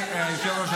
סימון,